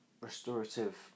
restorative